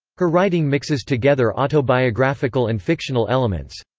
her writing mixes together autobiographical and fictional elements.